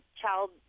child